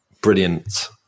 brilliant